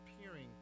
appearing